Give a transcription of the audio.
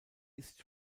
ist